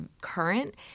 current